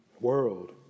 world